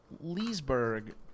Leesburg